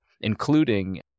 including